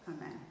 Amen